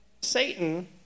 Satan